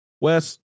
Wes